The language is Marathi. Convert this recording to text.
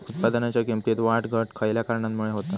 उत्पादनाच्या किमतीत वाढ घट खयल्या कारणामुळे होता?